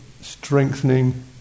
strengthening